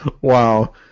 Wow